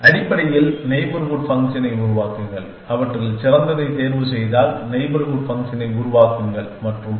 அடிப்படையில் நெய்பர்ஹூட் ஃபங்க்ஷனை உருவாக்குங்கள் அவற்றில் சிறந்ததை தேர்வுசெய்தால் நெய்பர்ஹூட் ஃபங்க்ஷனை உருவாக்குங்கள் மற்றும் பல